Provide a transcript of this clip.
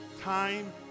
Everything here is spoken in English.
Time